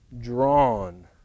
drawn